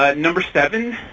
ah number seven,